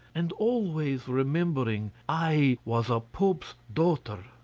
and always remembering i was a pope's daughter.